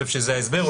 זה ההסבר.